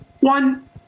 one